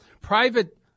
private